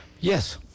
Yes